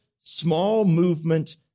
small-movement